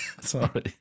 Sorry